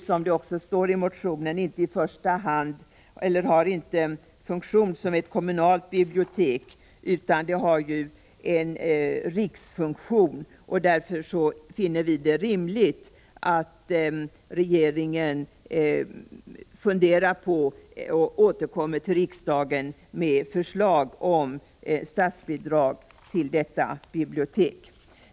Som står i motionen har biblioteket inte funktion som ett kommunalt bibliotek, utan det har en riksfunktion. Därför finner vi det rimligt att regeringen återkommer till riksdagen med förslag om statsbidrag till biblioteket.